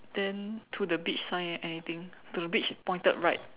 then to the beach sign eh anything to the beach pointed right